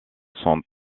sont